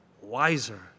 wiser